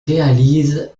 réalise